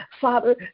Father